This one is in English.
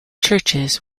churches